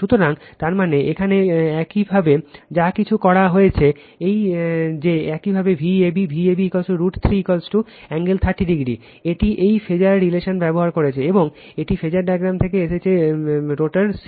সুতরাং তার মানে এখানে একইভাবে যা কিছু করা হয়েছে যে একইভাবে Vab Vab √ 3 30o এটি এই ফেজার রিলেশন ব্যবহার করছে এবং এটি ফেজার ডায়াগ্রাম থেকে এসেছে রটার c